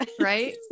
right